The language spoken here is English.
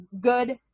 good